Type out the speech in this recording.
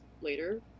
later